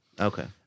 Okay